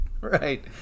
Right